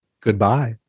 Goodbye